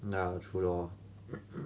now true lor